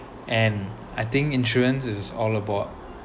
and I think insurance is all about